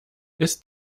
ist